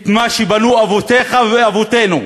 את מה שבנו אבותיך ואבותינו,